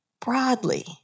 broadly